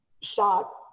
shock